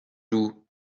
loup